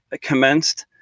commenced